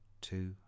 two